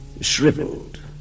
shriveled